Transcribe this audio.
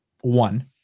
one